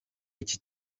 iki